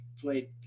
played